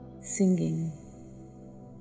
singing